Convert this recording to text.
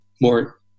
more